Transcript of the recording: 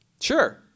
Sure